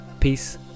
Peace